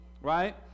right